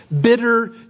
bitter